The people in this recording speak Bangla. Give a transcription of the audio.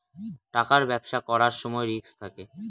টাকার ব্যবসা করার সময় রিস্ক থাকে